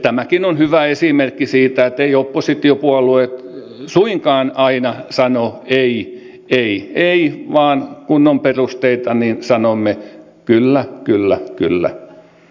tämäkin on hyvä esimerkki siitä että eivät oppositiopuolueet suinkaan aina sano ei ei ei vaan kun on perusteita niin sanomme kyllä kyllä kyllä